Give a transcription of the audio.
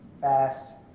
fast